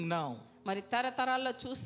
now